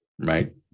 right